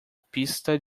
pista